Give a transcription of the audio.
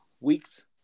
weeks